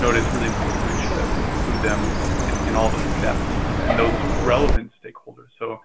noted that it's really important to make sure that we include them in all the steps, and and those relevant stakeholders. so,